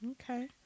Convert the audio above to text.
Okay